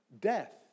Death